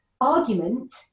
argument